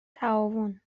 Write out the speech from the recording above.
تعاون